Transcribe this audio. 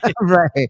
right